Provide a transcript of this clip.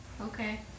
Okay